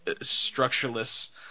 structureless